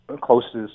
closest